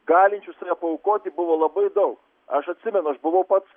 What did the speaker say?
galinčių save paaukoti buvo labai daug aš atsimenu aš buvau pats